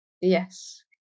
Yes